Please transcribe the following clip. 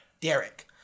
Derek